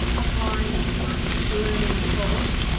online assessment for learning course.